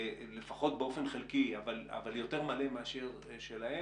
לפחות באופן חלקי אבל יותר מלא מאשר שלהם,